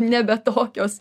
nebe tokios